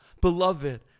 beloved